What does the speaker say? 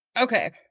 Okay